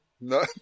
No